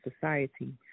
Society